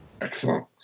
Excellent